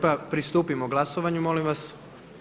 Pristupimo glasovanju molim vas.